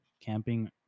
camping